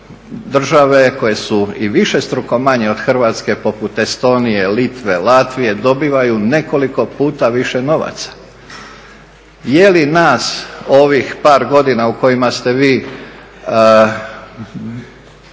države koje su i višestruko manje od Hrvatske poput Estonije, Litve, Latvije dobivaju nekoliko puta više novaca. Jeli nas ovih par godina u kojima ste vi